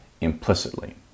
implicitly